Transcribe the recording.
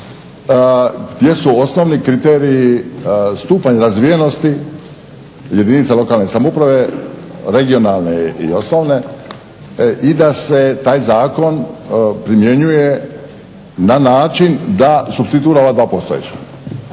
jer su osnovni kriteriji stupanj razvijenosti jedinica lokalne samouprave, regionalne i osnovne i da se taj zakon primjenjuje na način da supstituira ova dva postojeća.